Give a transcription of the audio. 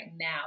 now